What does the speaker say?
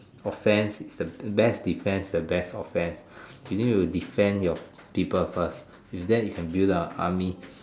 offence is the best defence is the best offence you need to defend your people first then you can build up a army